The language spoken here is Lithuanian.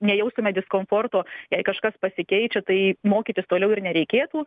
nejaustume diskomforto jei kažkas pasikeičia tai mokytis toliau ir nereikėtų